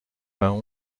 vingt